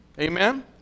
Amen